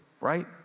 right